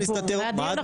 מה פתאום?